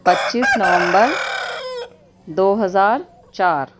پچیس نومبر دو ہزار چار